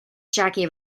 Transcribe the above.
jackie